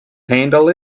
handle